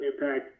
impact